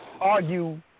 Argue